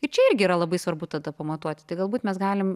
ir čia irgi yra labai svarbu tada pamatuoti tai galbūt mes galim